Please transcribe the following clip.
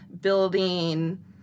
building